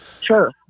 Sure